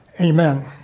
amen